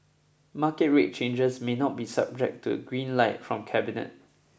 market rate changes may not be subject to a green light from cabinet